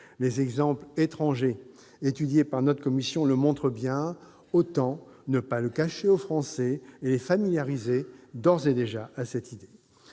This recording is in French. Les exemples étrangers étudiés par notre commission le montrent bien ; autant ne pas le cacher aux Français et les familiariser d'ores et déjà avec cette idée.